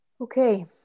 Okay